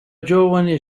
giovane